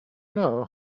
know